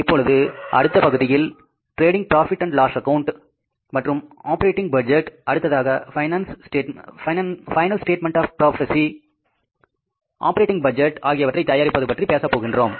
இப்பொழுது அடுத்த பகுதியில் trading profit and loss account மற்றும் ஆப்பரேட்டிங் பட்ஜெட் அடுத்ததாக final statement of profits operating budget ஆகியவற்றை தயாரிப்பது பற்றி பேசப் போகின்றோம்